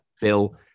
Bill